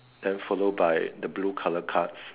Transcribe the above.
then followed by the blue colour cards